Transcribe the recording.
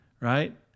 right